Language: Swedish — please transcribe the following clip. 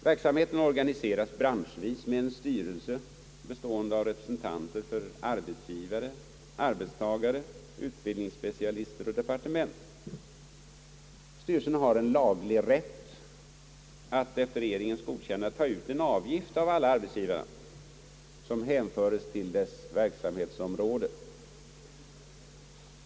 Verksamheten organiseras branschvis med en styrelse bestående av representanter för arbetsgivare, arbetstagare, utbildningsspecialister och = departement. Styrelsen har laglig rätt att efter regeringens godkännande ta ut en avgift av alla arbetsgivare som hänföres till dess verksamhetsområde.